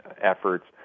efforts